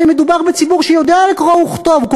הרי מדובר בציבור שיודע קרוא וכתוב,